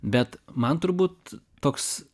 bet man turbūt toks